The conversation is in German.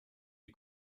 die